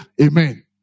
Amen